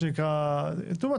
לא,